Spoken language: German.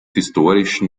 historischen